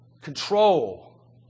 control